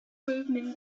movement